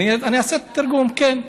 אני אעשה תרגום, כן.